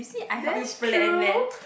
that's true